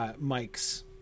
Mike's